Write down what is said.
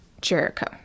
Jericho